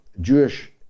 Jewish